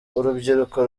urubyiruko